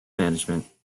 management